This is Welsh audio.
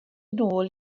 nôl